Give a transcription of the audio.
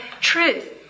truth